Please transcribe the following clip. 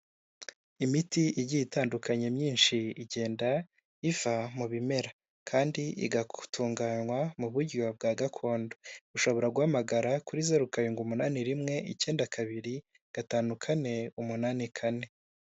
Imiti igiye itandukanye myinshi igenda iva mu bimera, kandi igatunganywa mu buryo bwa gakondo, ushobora guhamagara kuri zeru karindwi umunani rimwe, icyenda kabiri gatanu kane umunani kane.